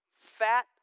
fat